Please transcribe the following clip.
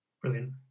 Brilliant